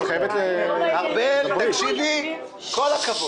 --- ארבל, תקשיבי, כל הכבוד.